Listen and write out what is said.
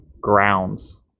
grounds